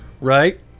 right